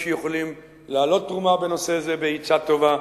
שיכולים להעלות תרומה בנושא זה בעצה טובה,